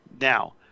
now